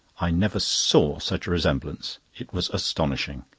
i never saw such a resemblance. it was astonishing.